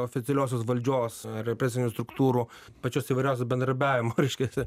oficialiosios valdžios represinių struktūrų pačios įvairiausios bendradarbiavimo reiškiasi